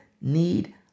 need